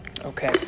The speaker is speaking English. Okay